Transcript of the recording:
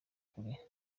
kure